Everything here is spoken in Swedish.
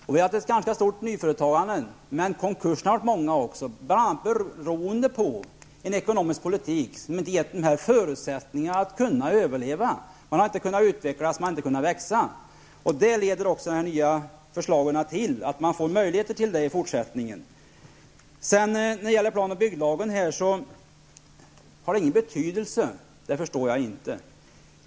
Vi har haft ett stort nyföretagande, men konkurserna har också varit många, bl.a. beroende på en ekonomisk politik som inte gett förutsättningar att överleva. Företagen har inte kunnat utvecklas och växa. De nu föreslagna åtgärderna leder till att man får möjligheter till det i fortsättningen. Att ändringar i plan och bygglagen inte skulle ha betydelse förstår jag inte.